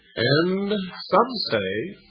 and some say